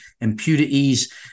impurities